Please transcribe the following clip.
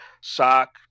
sock